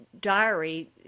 diary